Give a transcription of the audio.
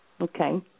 Okay